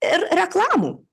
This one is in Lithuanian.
ir reklamų